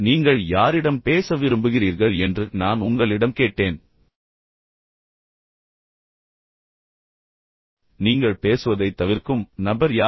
நீங்கள் யாரிடம் பேச விரும்புகிறீர்கள் என்று நான் உங்களிடம் கேட்டேன் நீங்கள் பேசுவதைத் தவிர்க்கும் நபர் யார்